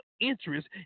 interest